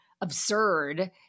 absurd